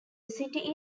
city